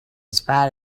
spite